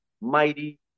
mighty